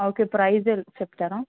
okay ప్రైసే చెప్తారా